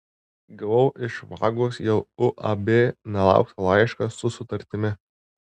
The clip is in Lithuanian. gavau iš vagos jau uab nelauktą laišką su sutartimi